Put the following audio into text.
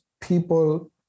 people